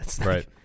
right